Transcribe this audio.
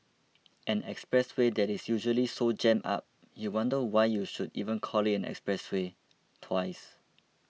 an expressway that is usually so jammed up you wonder why you should even call it an expressway twice